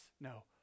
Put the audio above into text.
no